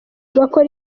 bakora